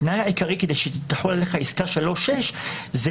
התנאי העיקרי כדי שתחול עליך עסקה 3(6) זה